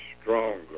stronger